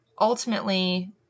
ultimately